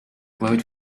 glowed